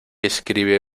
escribe